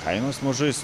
kainos mažai